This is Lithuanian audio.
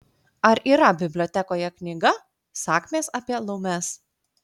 ar yra bibliotekoje knyga sakmės apie laumes